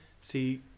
See